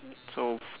so